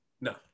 No